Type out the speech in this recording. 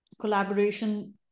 collaboration